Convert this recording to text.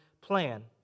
plan